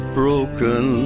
broken